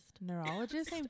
neurologist